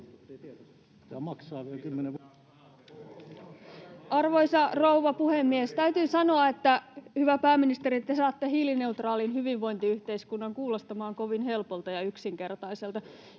Arvoisa rouva puhemies! Täytyy sanoa, hyvä pääministeri, että te saatte hiilineutraalin hyvinvointiyhteiskunnan kuulostamaan kovin helpolta ja yksinkertaiselta,